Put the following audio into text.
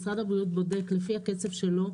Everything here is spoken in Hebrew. משרד הבריאות בודק לפי הקצב שלו,